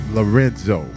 Lorenzo